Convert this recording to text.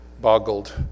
boggled